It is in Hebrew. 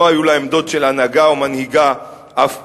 לא היו לה עמדות של הנהגה או מנהיגה אף פעם.